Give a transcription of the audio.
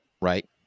Right